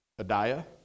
Adiah